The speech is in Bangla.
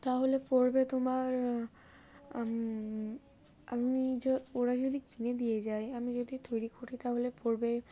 তাহলে পড়বে তোমার আমি ওরা যদি কিনে দিয়ে যায় আমি যদি তৈরি করি তাহলে পড়বে